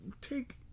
take